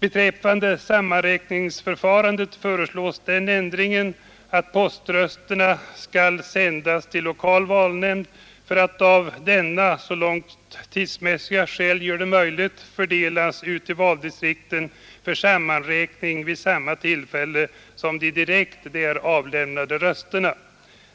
Beträffande sammanräkningsförfarandet föreslås den ändringen att poströsterna skall sändas till lokal valnämnd för att av denna så långt tidsmässiga skäl gör det möjligt fördelas ut i valdistrikten för sammanräkning vid samma tillfälle som de direkt där avlämnade valsedlarna.